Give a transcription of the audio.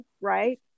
right